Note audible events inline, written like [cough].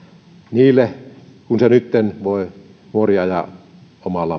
niille kun sen nyt voi nuori ajaa omalla [unintelligible]